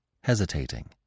hesitating